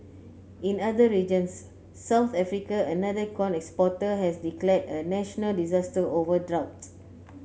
in other regions South Africa another corn exporter has declare a national disaster over drought